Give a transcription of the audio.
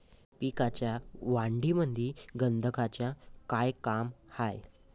पिकाच्या वाढीमंदी गंधकाचं का काम हाये?